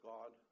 God